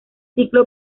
ciclo